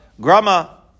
grama